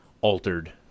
altered